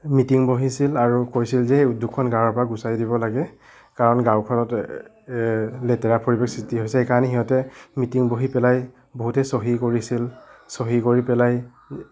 meeting বহিছিল আৰু কৈছিল যে উদ্যোগখন গাঁৱৰ পৰা গুচাই দিব লাগে কাৰণ গাঁওখনত লেতেৰা পৰিৱেশ সৃষ্টি হৈছে সেইকাৰণে সিহঁতে মিটিং বহি পেলাই বহুতেই চহী কৰিছিল চহী কৰি পেলাই